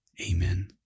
Amen